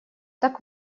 так